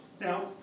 Now